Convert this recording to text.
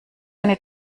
eine